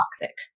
toxic